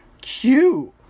cute